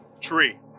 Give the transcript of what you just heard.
Tree